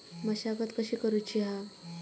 मशागत कशी करूची हा?